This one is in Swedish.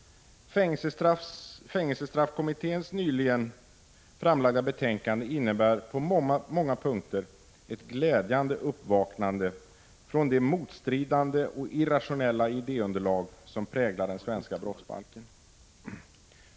Fängelsestraffkommitténs nyligen framlagda betänkande innebär på många punkter ett glädjande uppvaknande från det motstridande och irrationella idéunderlag som präglar den svenska brottsbalken.